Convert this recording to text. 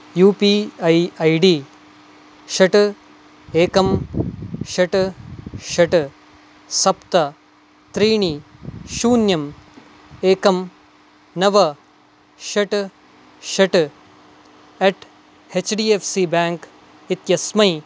you P I I D षट् एकं षट् षट् सप्त त्रीणि शून्यं एकं नव षट् षट् अट् H D F C bank इत्यस्मै